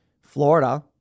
Florida